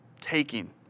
taking